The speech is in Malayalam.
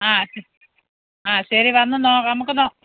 ആ ആ ശരി വന്നു നോ നമുക്ക് നോ